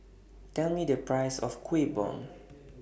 Tell Me The Price of Kueh Bom